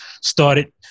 started